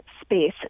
space